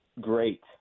great